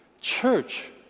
church